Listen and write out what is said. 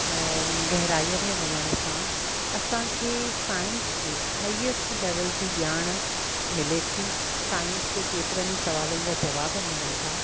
गहिराईअ में वञण सां असांखे साइंस जी हाईएस्ट लेवल जी ॼाण मिले थी साइंस जे केतिरनि ई सुवालनि जा जवाब मिलनि था